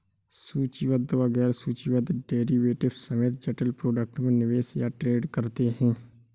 सूचीबद्ध व गैर सूचीबद्ध डेरिवेटिव्स समेत जटिल प्रोडक्ट में निवेश या ट्रेड करते हैं